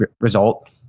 result